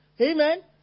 Amen